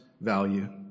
value